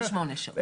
48 שעות.